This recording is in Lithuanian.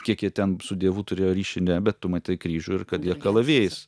kiek jie ten su dievu turėjo ryšį ne bet tu matai kryžių ir kad jie kalavijais